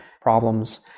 problems